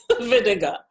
vinegar